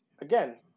again